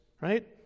right